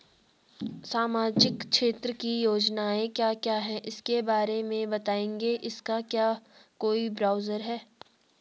सामाजिक क्षेत्र की योजनाएँ क्या क्या हैं उसके बारे में बताएँगे इसका क्या कोई ब्राउज़र है?